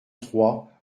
trois